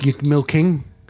milking